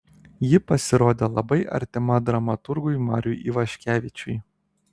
ji pasirodė labai artima dramaturgui mariui ivaškevičiui